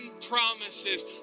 promises